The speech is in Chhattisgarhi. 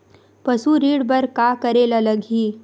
पशु ऋण बर का करे ला लगही?